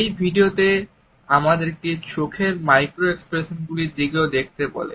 এই ভিডিওটি আমাদেরকে চোখের মাইক্রো এক্সপ্রেশনগুলির দিকেও দেখতে বলে